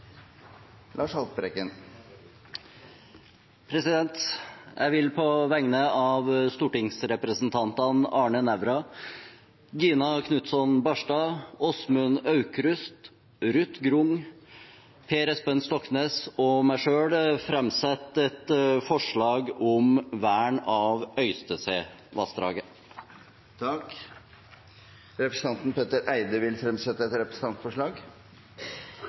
Jeg vil på vegne av stortingsrepresentantene Arne Nævra, Gina Knutson Barstad, Åsmund Aukrust, Ruth Grung, Per Espen Stoknes og meg selv sette fram et forslag om vern av Øystesevassdraget. Representanten Petter Eide vil fremsette et representantforslag.